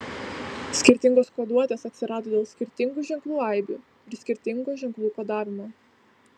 skirtingos koduotės atsirado dėl skirtingų ženklų aibių ir skirtingo ženklų kodavimo